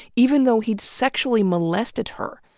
even though he'd sexually molested her.